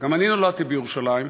גם אני נולדתי בירושלים.